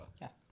Yes